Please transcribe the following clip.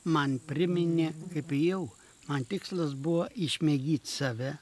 man priminė kaip ėjau man tikslas buvo išmėgint save